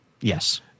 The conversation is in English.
yes